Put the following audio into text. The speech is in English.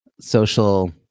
social